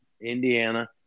Indiana